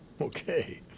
Okay